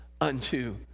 Unto